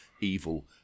evil